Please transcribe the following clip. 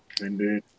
Indeed